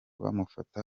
bamufata